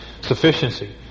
sufficiency